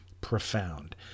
profound